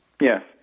Yes